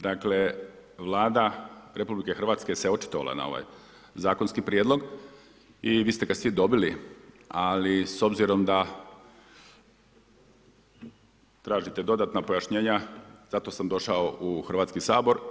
Dakle Vlada RH se očitovala na ovaj zakonski prijedlog i vi ste ga svi dobili ali s obzirom da tražite dodatna pojašnjenja zato sam došao u Hrvatski sabor.